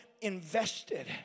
invested